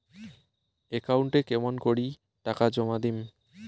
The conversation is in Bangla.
একাউন্টে কেমন করি টাকা জমা দিম?